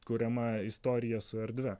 kuriama istorija su erdve